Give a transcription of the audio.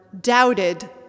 doubted